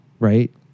Right